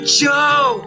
joe